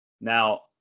Now